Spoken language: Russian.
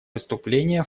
выступления